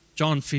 John